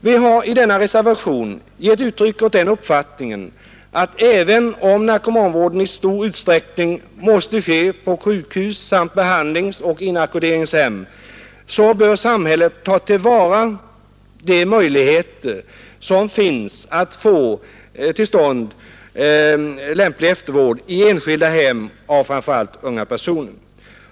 Vi har i denna reservation gett uttryck åt den uppfattningen att även om narkomanvården i stor utsträckning måste ske på sjukhus samt behandlingsoch inackorderingshem, så bör samhället ta till vara de möjligheter som finns att få till stånd lämplig eftervård i enskilda hem av framför allt unga personer.